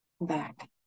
back